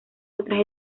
otras